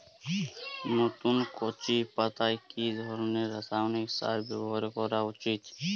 নতুন কচি পাতায় কি ধরণের রাসায়নিক সার ব্যবহার করা উচিৎ?